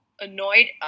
annoyed